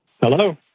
Hello